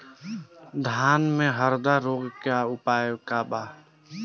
धान में हरदा रोग के का उपाय बा?